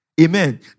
Amen